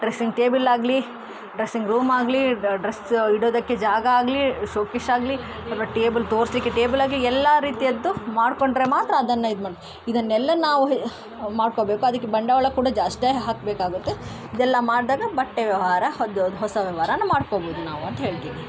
dressing table ಆಗಲಿ dressing room ಆಗಲಿ dress ಇಡೋದಕ್ಕೆ ಜಾಗ ಆಗಲಿ ಶೋಕೇಸ್ ಆಗಲಿ ಅಥವಾ ಟೇಬಲ್ ತೋರಿಸ್ಲಿಕ್ಕೆ ಟೇಬಲ್ ಆಗಲಿ ಎಲ್ಲ ರೀತಿಯದ್ದು ಮಾಡಿಕೊಂಡ್ರೆ ಮಾತ್ರ ಅದನ್ನು ಇದು ಮಾ ಇದನ್ನೆಲ್ಲಾ ನಾವು ಮಾಡಿಕೋಬೇಕು ಅದಕ್ಕೆ ಬಂಡವಾಳ ಕೂಡ ಅಷ್ಟೇ ಹಾಕಬೇಕಾಗುತ್ತೆ ಇದೆಲ್ಲಾ ಮಾಡಿದಾಗ ಬಟ್ಟೆ ವ್ಯವಹಾರ ಅದು ಹೊಸ ವ್ಯವಹಾರನ ಮಾಡಿಕೋಬೋದು ನಾವು ಅಂತ ಹೇಳ್ತೀನಿ